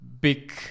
big